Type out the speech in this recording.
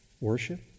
worship